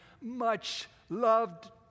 much-loved